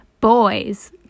boys